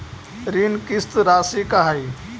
ऋण किस्त रासि का हई?